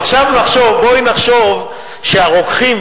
עכשיו, בואי ונחשוב שהרוקחים